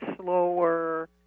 slower